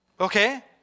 Okay